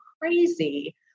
crazy